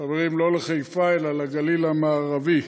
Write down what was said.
חברים, לא לחיפה, אלא לגליל המערבי.